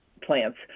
plants